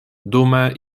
dume